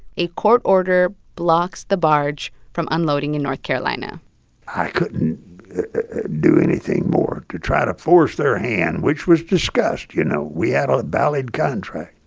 a court order blocks the barge from unloading in north carolina i couldn't do anything more to try to force their hand, which was discussed. you know, we had a valid contract,